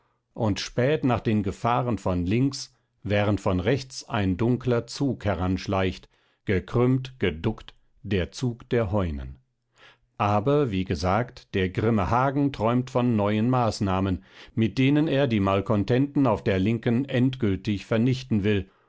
und späht nach den gefahren von links während von rechts ein dunkler zug heranschleicht gekrümmt geduckt der zug der heunen aber wie gesagt der grimme hagen träumt von neuen maßnahmen mit denen er die malkontenten auf der linken endgültig vernichten will